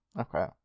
Okay